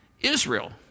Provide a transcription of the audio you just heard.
Israel